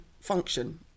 function